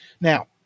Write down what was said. Now